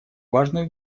важную